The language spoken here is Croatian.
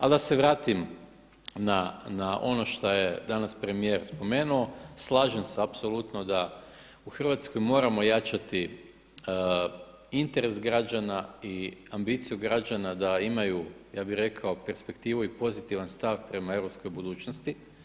Ali da se vratim na ono što je danas premijer spomenuo, slažem se apsolutno da u Hrvatskoj moramo jačati interes građana i ambiciju građana da imaju, ja bih rekao perspektivu i pozitivan stav prema europskoj budućnosti.